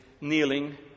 kneeling